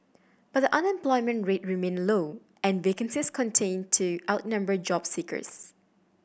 but the unemployment rate remained low and vacancies contain to outnumber job seekers